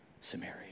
Samaria